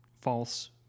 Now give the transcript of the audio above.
false